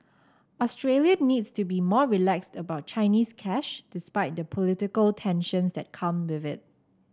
Australia needs to be more relaxed about Chinese cash despite the political tensions that come with it